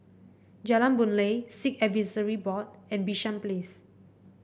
Jalan Boon Lay Sikh Advisory Board and Bishan Place